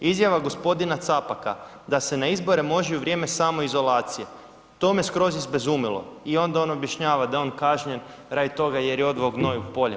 Izjava gospodina Capaka da se na izbore može u vrijeme samoizolacije to me skroz izbezumilo i onda on objašnjava da je on kažnjen radi toga jer je odveo gnoj u polje.